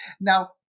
Now